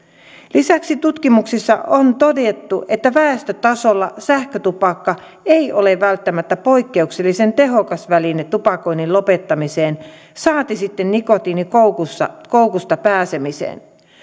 lisäksi tutkimuksissa on todettu että väestötasolla sähkötupakka ei ole välttämättä poikkeuksellisen tehokas väline tupakoinnin lopettamiseen saati sitten nikotiinikoukusta pääsemiseen